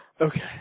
Okay